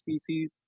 species